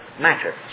matters